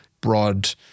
broad